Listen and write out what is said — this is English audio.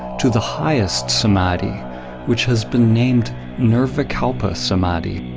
to the highest samadhi which has been named nirvikalpa samadhi.